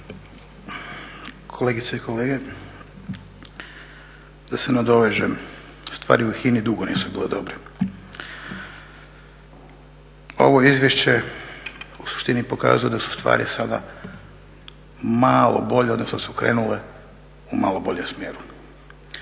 (SDP)** Kolegice i kolege, da se nadovežem. Stvari u HINA-i dugo nisu bile dobre. Ovo izvješće u suštini pokazuje da su stvari sada malo bolje, odnosno da su krenule u malo boljem smjeru.